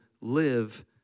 live